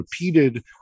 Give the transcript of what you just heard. repeated